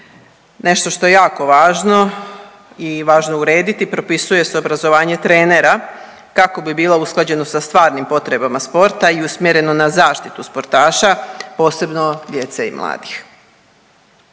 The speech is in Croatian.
Nešto što je jako važno i važno je urediti propisuje se obrazovanje trenera kako bi bilo usklađeno sa stvarnim potrebama sporta i usmjereno na zaštitu sportaša, posebno djece i mladih,